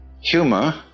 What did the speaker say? humor